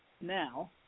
now